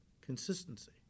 Consistency